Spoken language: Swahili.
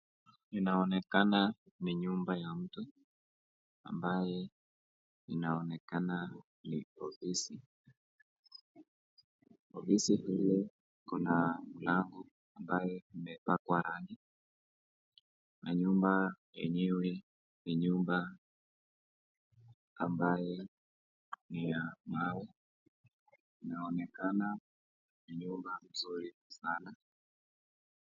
Inaonekana ni nyumba ya mtu ambaye inaonekana ni ofisi. Ofisi ile kuna mlango ambayo imepakwa rangi na nyumba yenyewe ni nyumba ambaye ni ya mawe, inaonekana ni nyumba mzuri sana.